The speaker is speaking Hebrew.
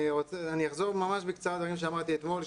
אני אחזור ממש בקצרה על דברים שאמרתי אתמול,